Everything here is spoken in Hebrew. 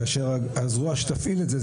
כאשר הזרוע שתפעיל את זה,